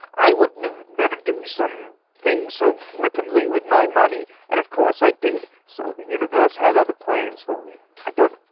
i would never do some thing so flippantly with my money! and of course i did so the universe had other plans for me i thought,